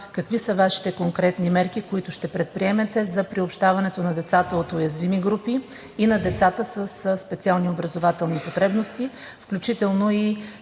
какви са Вашите конкретни мерки, които ще предприемете за приобщаването на децата от уязвими групи и на децата със специални образователни потребности, включително и